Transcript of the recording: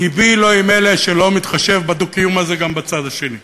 לבי לא עם אלה שלא מתחשבים בדו-קיום הזה גם בצד השני.